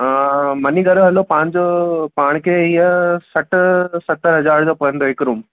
हा मञी करे हलो पंहिंजो पाण खे ईअं सठि सतरि हज़ार जो पवंदो हिकु रूम